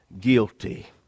guilty